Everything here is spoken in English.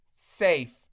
safe